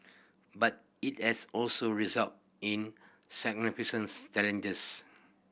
but it has also resulted in significance challenges